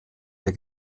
der